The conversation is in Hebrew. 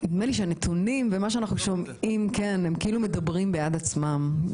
נדמה לי שהנתונים ומה שאנחנו שומעים מדברים בעד עצמם.